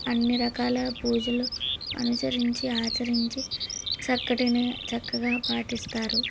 అన్నీ రకాల పూజలు అనుసరించి ఆచరించి చక్కటిని చక్కగా పాటిస్తారు